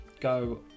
Go